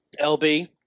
LB